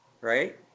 right